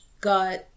got